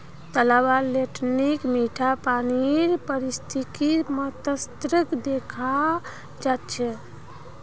तालाबत लेन्टीक मीठा पानीर पारिस्थितिक तंत्रक देखाल जा छे